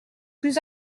plus